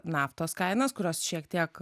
naftos kainas kurios šiek tiek